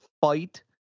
fight